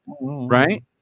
right